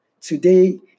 Today